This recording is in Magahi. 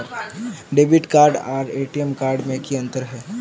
डेबिट कार्ड आर टी.एम कार्ड में की अंतर है?